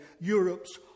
Europe's